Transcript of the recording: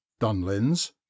Dunlins